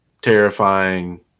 terrifying